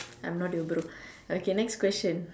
I'm not your bro okay next question